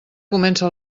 comença